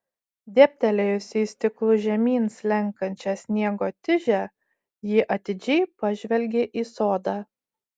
dėbtelėjusi į stiklu žemyn slenkančią sniego tižę ji atidžiai pažvelgė į sodą